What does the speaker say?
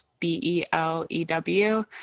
B-E-L-E-W